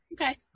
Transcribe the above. Okay